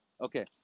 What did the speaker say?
Okay